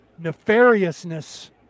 nefariousness